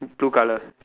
two colours